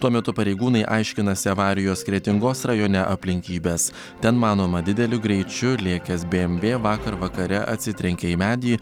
tuo metu pareigūnai aiškinasi avarijos kretingos rajone aplinkybes ten manoma dideliu greičiu lėkęs bmw vakar vakare atsitrenkė į medį